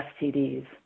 STDs